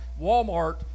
Walmart